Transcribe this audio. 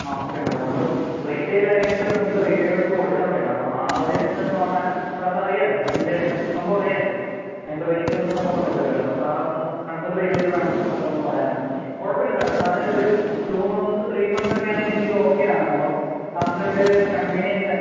ആ ഓക്കെ സാറേ നമ്മൾ റീറ്റെയിൽ ആയിട്ട് നമുക്ക് റീറ്റെയിലർക്ക് കൊടുക്കാനുള്ളതാണ് അപ്പം ആ ഒരു സാറിന് അറിയമല്ലോ അതിൻ്റെ സംഭവം അറിയാമല്ലോ അതിൻ്റെ റേറ്റും സംഭവങ്ങളൊക്കെ അറിയാമല്ലോ അപ്പം സാർ അതൊന്ന് കൺസിഡർ ചെയ്തിട്ട് വേണം സാർ അതൊന്ന് പറയാനായിട്ട് കുഴപ്പം ഇല്ല സാറേ സാറ് ഒരു ടു മന്ത്സ് ത്രീ മന്ത്സ് ഒക്കെ ആണെങ്കിൽ എനിക്ക് ഓക്കെയാണ് അപ്പം സാറിൻ്റെ ഒരു കൺവീനിയൻറ്റ്